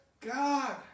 God